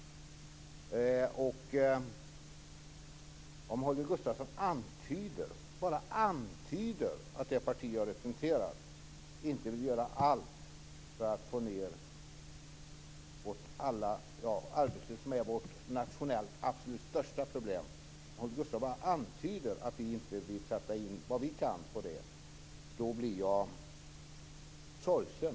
Om Holger Gustafsson bara antyder att det parti som jag representerar inte vill göra allt för att få ned arbetslösheten, som är vårt nationellt absolut största problem, blir jag sorgsen.